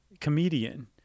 comedian